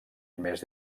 més